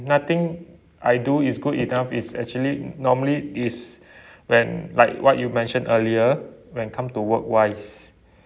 nothing I do is good enough it's actually normally is when like what you mentioned earlier when come to work wise